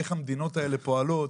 איך המדינות האלה פועלות,